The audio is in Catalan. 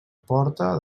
porta